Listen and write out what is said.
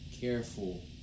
careful